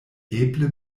eble